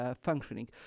functioning